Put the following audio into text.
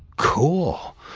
cool.